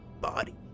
body